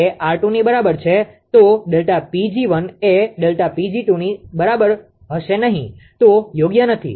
એ 𝑅2 ની બરાબર છે then Δ 𝑃𝑔1 એ Δ 𝑃𝑔2 ની બરાબર હશે નહીં તો યોગ્ય નથી